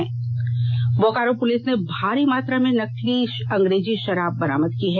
शराब बरामद बोकारो पुलिस ने भारी मात्रा में नकली अंग्रेजी शराब बरामद की हैं